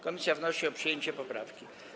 Komisja wnosi o przyjęcie poprawki.